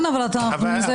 כן אבל זה ממש,